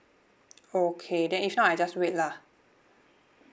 okay then if not I just wait lah